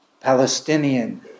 Palestinian